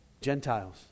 Gentiles